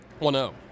1-0